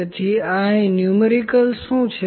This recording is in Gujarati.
તેથી આ અહીં ન્યુમેરિકલ શું છે